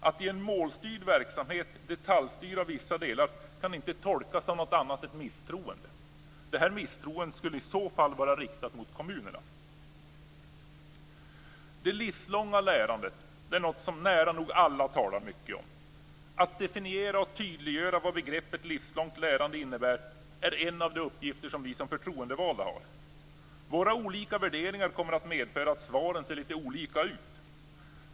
Att i en målstyrd verksamhet detaljstyra vissa delar kan inte tolkas som något annat än ett misstroende. Detta misstroende skulle i så fall vara riktat mot kommunerna. Det livslånga lärandet är något som nära nog alla talar mycket om. Att definiera och tydliggöra vad begreppet livslångt lärande innebär är en av de uppgifter som vi förtroendevalda har. Våra olika värderingar kommer att medföra att svaren ser lite olika ut.